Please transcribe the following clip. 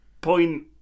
point